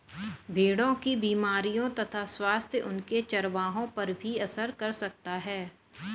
भेड़ों की बीमारियों तथा स्वास्थ्य उनके चरवाहों पर भी असर कर सकता है